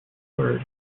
third